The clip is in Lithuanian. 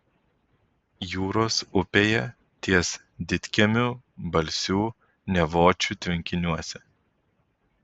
jūros upėje ties didkiemiu balsių nevočių tvenkiniuose